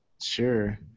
Sure